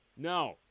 No